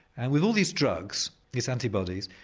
and with all these drugs, these antibodies,